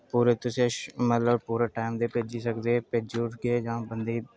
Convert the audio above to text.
पूरा तुसें मतलब पूरा टैम दे भेजी सकदे भेजी ओड़गे जां बंदे